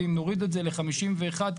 ואם נוריד את זה לחמישים ואחד,